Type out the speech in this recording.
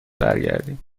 برگردیم